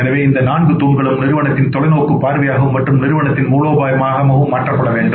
எனவே இந்த நான்கு தூண்களும் நிறுவனத்தின் தொலைநோக்கு பார்வையாகவும் மற்றும் நிறுவனத்தின் மூலோபாயமாக மாற்றப்பட வேண்டும்